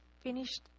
finished